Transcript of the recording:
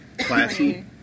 Classy